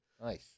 Nice